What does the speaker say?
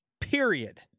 Period